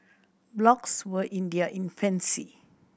blogs were in their infancy